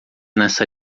nessa